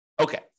Okay